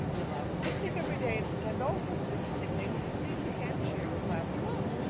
we'll have a picnic every day and pretend all sorts of interesting things, and see if we can't cheer miss lavendar up.